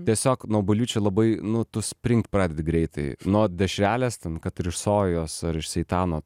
tiesiog nuo bulvyčių labai nu tu springt pradedi greitai nuo dešrelės ten kad ir iš sojos ar iš seitano